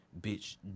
bitch